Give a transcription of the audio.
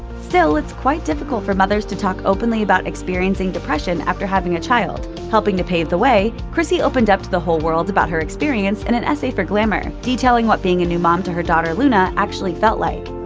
still, it's quite difficult for mothers to talk openly about experiencing depression depression after having a child. helping to pave the way, chrissy opened up to the whole world about her experience in an essay for glamour, detailing what being a new mom to her daughter, luna, actually felt like.